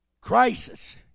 Crisis